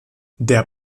der